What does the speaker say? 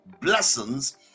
blessings